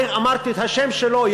אני אמרתי את השם שלו,